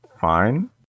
fine